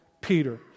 Peter